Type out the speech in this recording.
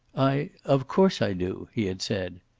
i of course i do, he had said.